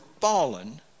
fallen